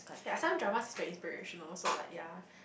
there are some drama is very inspirational so like ya